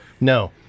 No